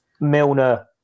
Milner